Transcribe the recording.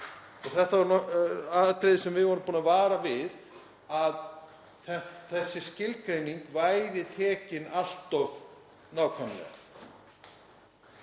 og þetta voru atriði sem við vorum búin að vara við, að þessi skilgreining sé tekin allt of nákvæmlega